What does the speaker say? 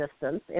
distance